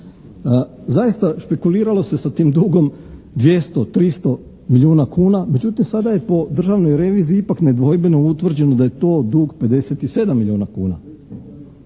Zaista, špekuliralo se sa tim dugom 200, 300 milijuna kuna, međutim sada je po Državnoj reviziji ipak nedvojbeno utvrđeno da je to dug 57 milijuna kuna…